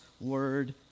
word